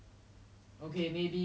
one or two years